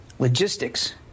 Logistics